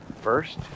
First